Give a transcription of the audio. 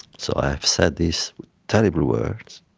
so i have said these terrible words,